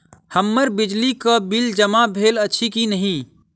हम्मर बिजली कऽ बिल जमा भेल अछि की नहि?